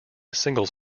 singles